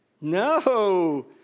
No